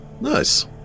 Nice